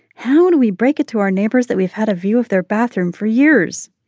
how do we break it to our neighbors that we've had a view of their bathroom for years.